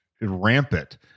rampant